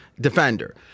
defender